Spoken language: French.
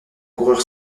coureur